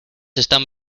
están